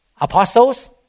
Apostles